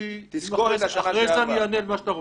תזכור את השנה שעברה.